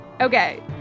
Okay